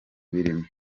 birimo